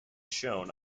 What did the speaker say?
shown